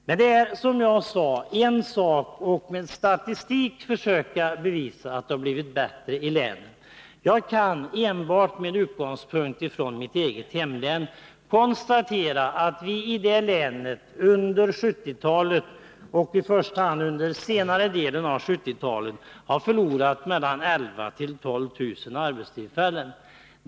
Men det är, som jag sade, en sak att med statistik försöka bevisa att det har blivit bättre i länen. Jag kan konstatera att vi i mitt eget hemlän under 1970-talet — i första hand under senare delen av 1970-talet — har förlorat mellan 11 000 och 12 000 arbetstillfällen.